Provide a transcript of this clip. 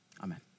Amen